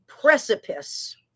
precipice